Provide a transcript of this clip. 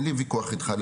אין לי ויכוח איתך,